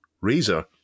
razor